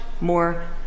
more